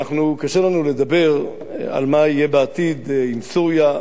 קשה לנו לדבר על מה יהיה בעתיד עם סוריה.